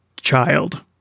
Child